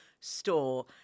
store